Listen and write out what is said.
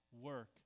Work